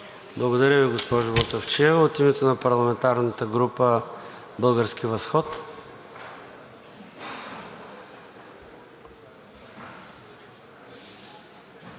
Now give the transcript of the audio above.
Благодаря Ви, господин Иванов. И от името на парламентарната група „Български възход“?